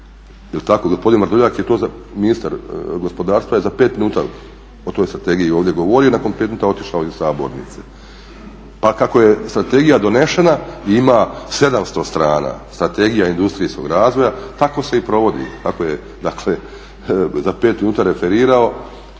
jel tako, ministar gospodarstva je za pet minuta o toj strategiji ovdje govorio i nakon pet minuta otišao iz sabornice. Pa kako je strategija donešena i ima 700 strana Strategija industrijskog razvoja tako se i provodi. Kako je za pet minuta referirao